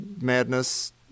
madness